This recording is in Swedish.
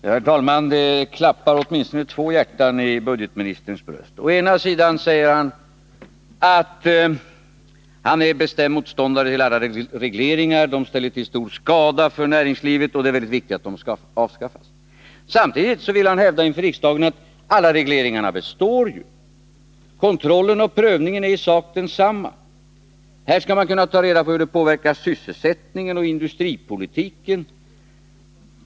Herr talman! Det klappar åtminstone två hjärtan i budgetministerns bröst. Å ena sidan säger han att han är bestämd motståndare till alla regleringar; de ställer till med stor skada för näringslivet, och det är väldigt viktigt att de avskaffas. Å andra sidan vill han hävda inför riksdagen att alla regleringar består — kontrollen och prövningen är i sak densamma. Här skall man kunna ta reda på hur det påverkar sysselsättning och industripolitik.